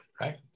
right